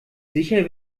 sicher